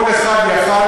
כל אחד יכול היה,